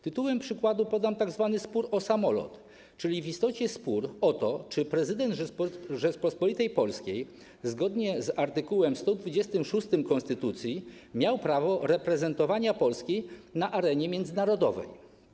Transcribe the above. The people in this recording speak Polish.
Tytułem przykładu podam tzw. spór o samolot, czyli w istocie spór o to, czy prezydent Rzeczypospolitej Polskiej, zgodnie z art. 126 konstytucji, miał prawo reprezentowania Polski na arenie międzynarodowej.